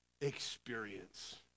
experience